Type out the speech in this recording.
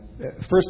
first